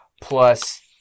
plus